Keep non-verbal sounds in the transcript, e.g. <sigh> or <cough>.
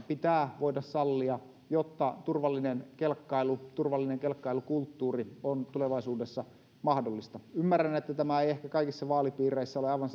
<unintelligible> pitää voida sallia jotta turvallinen kelkkailu turvallinen kelkkailukulttuuri on tulevaisuudessa mahdollista ymmärrän että tämä ei ehkä kaikissa vaalipiireissä ole aivan <unintelligible>